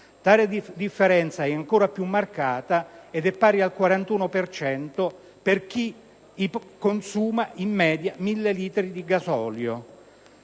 Tale differenza è ancora più marcata ed è pari al 41 per cento per chi consuma in media 1.000 litri di gasolio.